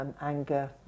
anger